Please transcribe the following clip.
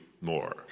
more